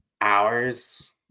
hours